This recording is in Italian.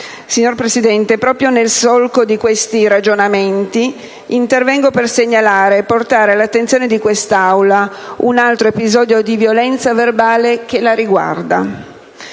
valore delle parole. Proprio nel solco di questi ragionamenti intervengo per segnalare e portare all'attenzione di quest'Aula un altro episodio di violenza verbale che la riguarda.